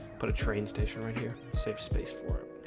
but a train station right here safe space for